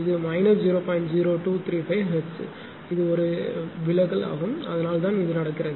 0235 hertz ஒரு விலகல் ஆகும் அதனால் தான் இது நடக்கிறது